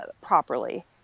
properly